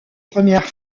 premières